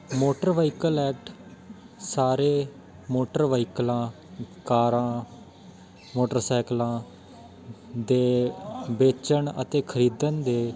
motor vehicle act ਸਾਰੇ motor ਵਹੀਕਲਾਂ ਕਾਰਾਂ ਮੋਟਰਸਾਈਕਲਾਂ ਦੇ ਵੇਚਣ ਅਤੇ ਖਰੀਦਣ ਦੇ